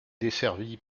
desservie